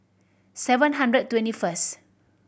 seven hundred twenty first